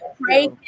pray